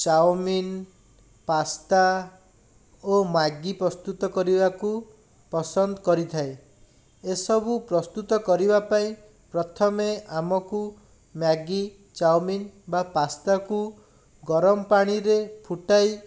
chowmein pasta ଓ Maggi ପ୍ରସ୍ତୁତ କରିବାକୁ ପସନ୍ଦ କରିଥାଏ ଏସବୁ ପ୍ରସ୍ତୁତ କରିବାପାଇଁ ପ୍ରଥମେ ଆମକୁ ମ୍ୟାଗି ଚାଓମିନ ବା ପାସ୍ତାକୁ ଗରମ ପାଣିରେ ଫୁଟାଇ